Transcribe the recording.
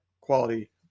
quality